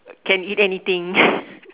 can eat anything